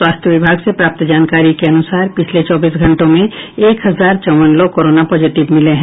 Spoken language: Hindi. स्वास्थ्य विभाग से प्राप्त जानकारी के अनुसार पिछले चौबीस घंटों में एक हजार चौवन लोग कोरोना पॉजिटव मिले हैं